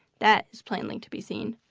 that is plainly to be seen.